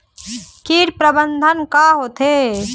कीट प्रबंधन का होथे?